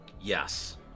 yes